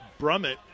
Brummett